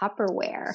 Tupperware